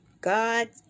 God